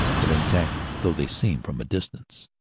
but intact though they seem from a distance,